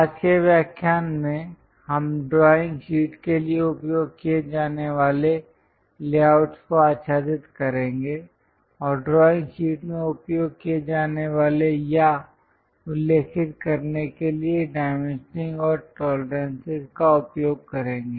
आज के व्याख्यान में हम ड्राइंग शीट के लिए उपयोग किए जाने वाले लेआउट को आच्छादित करेंगे और ड्राइंग शीट में उपयोग किए जाने या उल्लिखित करने के लिए डाइमेंशनिंग और टोलरेंसस का उपयोग करेंगे